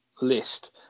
list